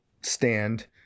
stand